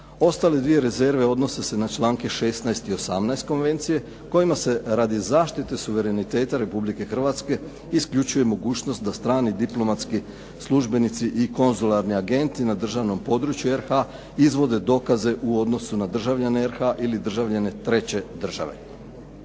Ostale dvije rezerve odnose se na članke 16. i 18. konvencije, kojima se radi zaštite suvereniteta Republike Hrvatske isključuje mogućnost da strani diplomatski službenici i konzularni agenti na državnom području RH izvode dokaze u odnosu na državljane RH ili državljane treće države.